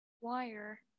Wire